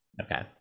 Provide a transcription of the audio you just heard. Okay